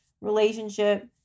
relationship